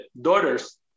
daughters